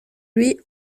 lui